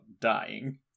dying